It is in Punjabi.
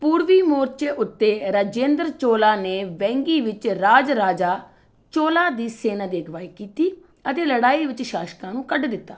ਪੂਰਬੀ ਮੋਰਚੇ ਉੱਤੇ ਰਾਜੇਂਦਰ ਚੋਲਾ ਨੇ ਵੈਂਗੀ ਵਿੱਚ ਰਾਜਰਾਜਾ ਚੋਲਾ ਦੀ ਸੈਨਾ ਦੀ ਅਗਵਾਈ ਕੀਤੀ ਅਤੇ ਲੜਾਈ ਵਿੱਚ ਸ਼ਾਸਕਾਂ ਨੂੰ ਕੱਢ ਦਿੱਤਾ